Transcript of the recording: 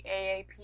AAP